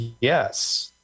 yes